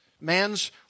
Man's